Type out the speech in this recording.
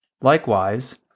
Likewise